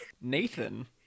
nathan